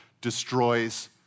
destroys